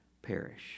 Perish